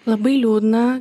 labai liūdna